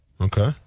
Okay